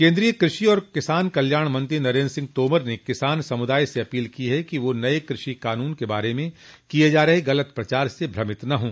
केन्द्रीय कृषि और किसान कल्याण मंत्री नरेन्द्र सिंह तोमर ने किसान समुदाय से अपील की है कि वे नये कृषि कानून के बारे में किये जा रहे गलत प्रचार से भ्रमित न हों